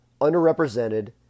underrepresented